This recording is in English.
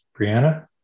Brianna